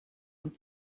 und